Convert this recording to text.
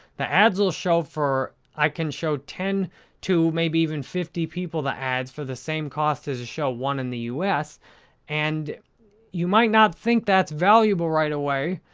the ads will show for, i can show ten to maybe even fifty people the ads for the same cost as to show one in the us and you might not think that's valuable right away.